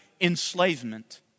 enslavement